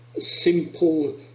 simple